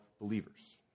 believers